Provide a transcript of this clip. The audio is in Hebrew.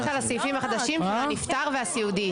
רק על הסעיפים החדשים של הנפטר והסיעודי.